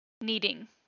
Kneading